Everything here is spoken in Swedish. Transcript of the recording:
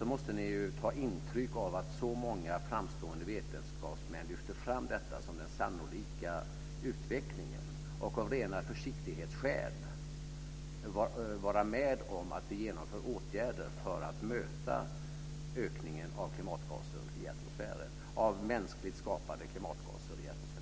måste de ta intryck av att så många framstående vetenskapsmän lyfter fram detta som den sannolika utvecklingen och av rena försiktighetsskäl vara med om att vi vidtar åtgärder för att möta ökningen av mänskligt skapade klimatgaser i atmosfären.